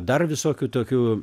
dar visokių tokių